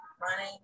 running